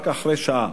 רק אחרי שעה.